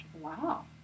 wow